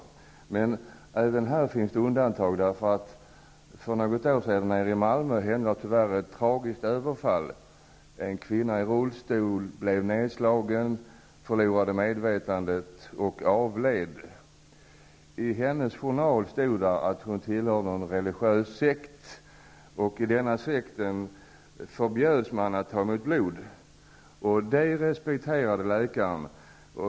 Men även här finns undantag. För något år sedan hände ett tragiskt överfall i Malmö. En kvinna i rullstol blev nedslagen, förlorade medvetandet och avled senare. I hennes journal stod det att hon tillhörde en religiös sekt och att man i denna sekt förbjöds att ta emot blod, och det respekterade läkaren.